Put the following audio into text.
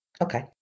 Okay